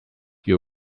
you